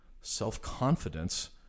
self-confidence